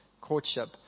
courtship